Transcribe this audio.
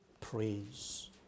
praise